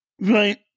Right